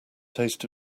taste